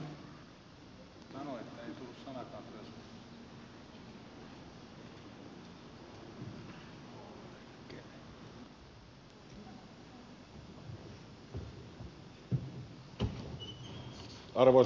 arvoisa puhemies